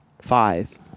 five